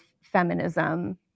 feminism